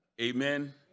amen